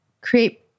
create